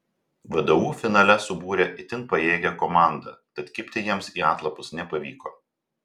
vdu finale subūrė itin pajėgią komandą tad kibti jiems į atlapus nepavyko